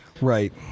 right